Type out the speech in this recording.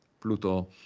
Pluto